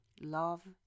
love